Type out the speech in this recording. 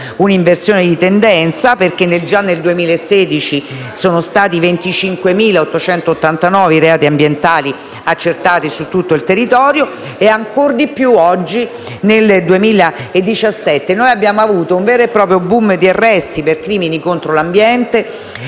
un'inversione di tendenza, perché già nel 2016 sono stati 25.889 i reati ambientali accertati su tutto il territorio e ancora di più nel 2017, in cui vi è stato un vero e proprio *boom* di arresti per crimini contro l'ambiente